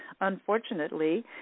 unfortunately